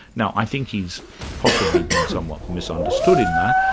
now i think he's possibly been somewhat misunderstood in that,